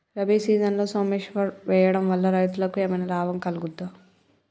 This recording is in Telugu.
రబీ సీజన్లో సోమేశ్వర్ వేయడం వల్ల రైతులకు ఏమైనా లాభం కలుగుద్ద?